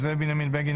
זאב בנימין בגין,